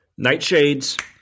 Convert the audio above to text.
Nightshades